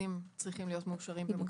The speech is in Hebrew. שהמרכזים צריכים להיות מאושרים במקביל.